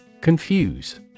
Confuse